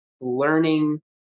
learning